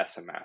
SMS